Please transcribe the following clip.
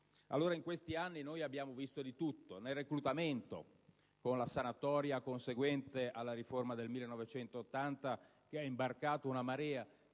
In questi anni abbiamo visto di tutto, ad esempio nel reclutamento, con la sanatoria conseguente alla riforma del 1980, che ha imbarcato una marea